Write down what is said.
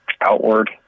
outward